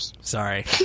sorry